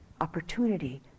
opportunity